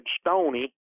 Stoney